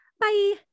bye